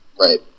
Right